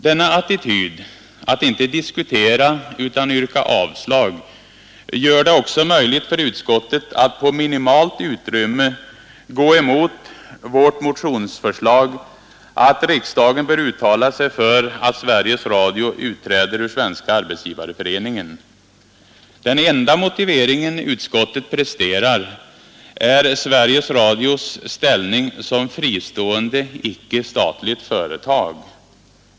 Denna attityd, att inte diskutera utan yrka avslag, gör det också möjligt för utskottet att på minimalt utrymme gå emot vårt motionsförslag att riksdagen bör uttala sig för att Sveriges Radio utträder ur Svenska arbetsgivareföreningen. Den enda motivering utskottet presterar är Sveriges Radios ställning som fristående icke-statligt företag.